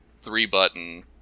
three-button